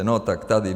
No tak tady.